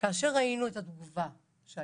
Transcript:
כשראינו את התגובה של